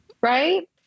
right